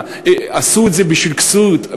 מה, עשו את זה בשביל כסות?